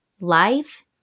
life